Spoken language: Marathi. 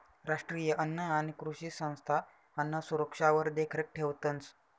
राष्ट्रीय अन्न आणि कृषी संस्था अन्नसुरक्षावर देखरेख ठेवतंस